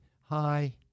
Hi